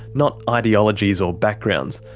not ideologies or backgrounds,